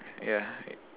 yeah